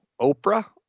Oprah